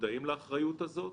מודעים לאחריות הזאת,